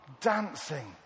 Dancing